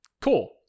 Cool